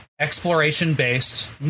exploration-based